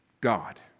God